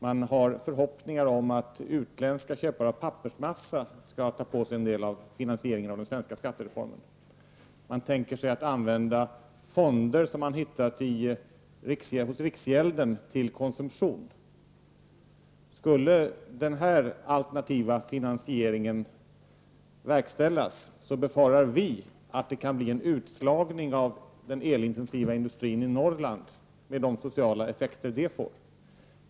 Man har förhoppningar om att utländska köpare av pappersmassa skall ta på sig en del av finansieringen av den svenska skattereformen. Man tänker sig att fonder som man hittat hos riksgälden skall användas till konsumtion. Skulle den här alternativa finansieringen verkställas, befarar vi att det kan bli en utslagning av den elintensiva industrin i Norrland, med de sociala effekter som det får.